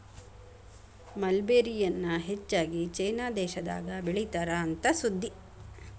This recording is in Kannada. ಮಲ್ಬೆರಿ ಎನ್ನಾ ಹೆಚ್ಚಾಗಿ ಚೇನಾ ದೇಶದಾಗ ಬೇಳಿತಾರ ಅಂತ ಸುದ್ದಿ